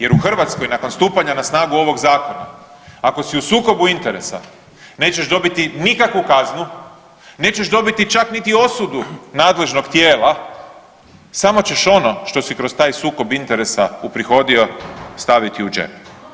Jer u Hrvatskoj nakon stupanja na snagu ovog zakona ako si u sukobu interesa nećeš dobiti nikakvu kaznu, nećeš dobiti čak niti osudu nadležnog tijela, samo ćeš ono što si kroz taj sukob interesa uprihodio staviti u džep.